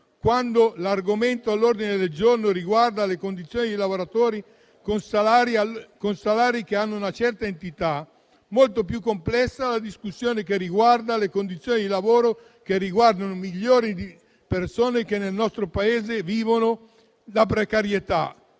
quando l'argomento all'ordine del giorno riguardava le condizioni di lavoratori con salari di una certa entità, molto più complessa è la discussione sulle condizioni di lavoro che riguardano milioni di persone che nel nostro Paese vivono la precarietà